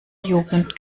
jugend